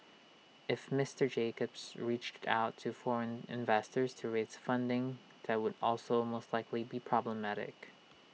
if Mister Jacobs reached out to foreign investors to raise funding that would also most likely be problematic